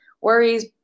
worries